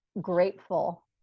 grateful